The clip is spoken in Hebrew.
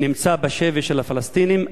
נמצא בשבי של הפלסטינים,